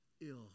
ill